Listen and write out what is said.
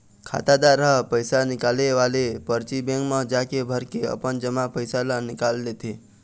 खातादार ह पइसा निकाले वाले परची बेंक म जाके भरके अपन जमा पइसा ल निकाल लेथे